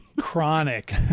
Chronic